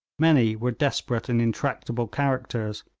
many were desperate and intractable characters,